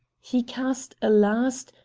he cast a last,